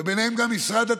וביניהם גם משרד התיירות.